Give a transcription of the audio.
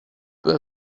peu